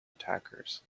attackers